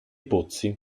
pozzi